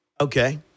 Okay